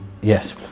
Yes